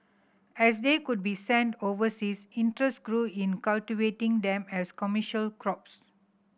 as they could be sent overseas interest grew in cultivating them as commercial crops